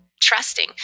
trusting